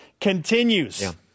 continues